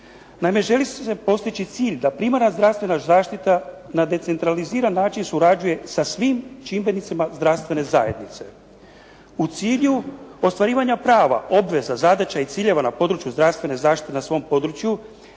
Naime želi se postići cilj da primarna zdravstvena zaštita na decentraliziran način surađuje sa svim čimbenicima zdravstvene zajednice. U cilju ostvarivanja prava, obveza, zadaća i ciljeva na području zdravstvene zaštite na svom području,